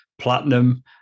platinum